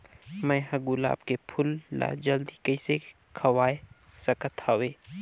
मैं ह गुलाब के फूल ला जल्दी कइसे खवाय सकथ हवे?